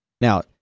Now